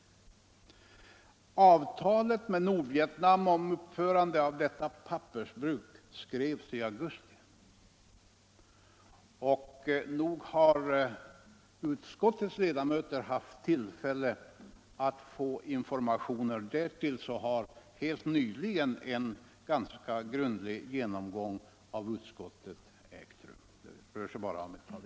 Avtalet med Nordvietnam om uppförande av detta pappersbruk skrevs i augusti 1974. Nog har alltså utskottets ledamöter haft tillfälle att få informationer. Därtill har helt nyligen en ganska grundlig genomgång ägt rum inom utskottet — för bara ett par veckor sedan.